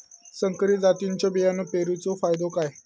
संकरित जातींच्यो बियाणी पेरूचो फायदो काय?